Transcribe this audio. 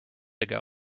ago